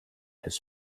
his